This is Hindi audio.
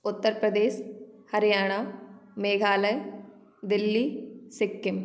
उत्तर प्रदेश हरियाणा मेघालय दिल्ली सिक्किम